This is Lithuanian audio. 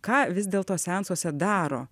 ką vis dėlto seansuose daro